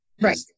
Right